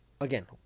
again